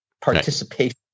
participation